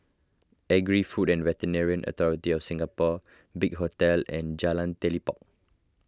Agri Food and Veterinary Authority of Singapore Big Hotel and Jalan Telipok